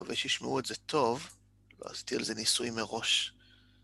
מקווה שישמעו את זה טוב, לא עשיתי על זה ניסוי מראש.